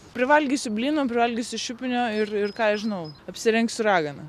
privalgysiu blynų privalgysiu šiupinio ir ir ką žinau apsirengsiu ragana